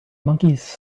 monkeys